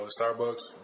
Starbucks